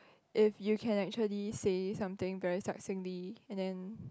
if you can actually say something very succinctly and then